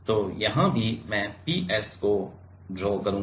तो यहाँ भी मैं P s को ड्रा करूँगा